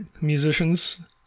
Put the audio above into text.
musicians